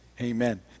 amen